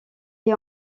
est